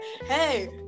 hey